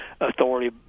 authority